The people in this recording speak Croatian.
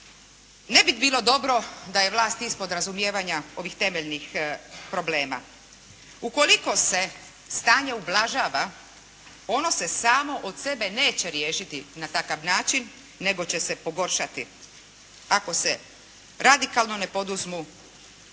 Ne bi bilo dobro da je vlast ispod razumijevanja ovih temeljnih problema. Ukoliko se stanje ublažava ono se samo od sebe neće riješiti na takav način nego će se pogoršati ako se radikalno ne poduzmu